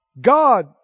God